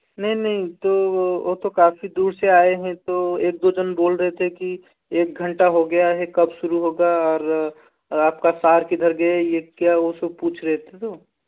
नहीं नहीं तो वो तो काफ़ी दूर से आए हैं तो एक दो जन बोल रहे थे कि एक घंटा हो गया है कब शुरू होगा और आपका सार किधर गए ये क्या वो सब पूछ रहे थे तो